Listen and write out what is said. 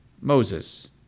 Moses